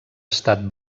estat